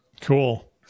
cool